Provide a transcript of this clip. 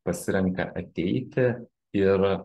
pasirenka ateiti ir